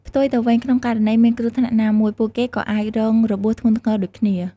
ផ្ទុយទៅវិញ ក្នុងករណីមានគ្រោះថ្នាក់ណាមួយ ពួកគេក៏អាចរងរបួសធ្ងន់ធ្ងរដូចគ្នា។